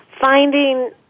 finding